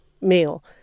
meal